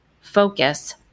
focus